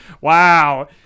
Wow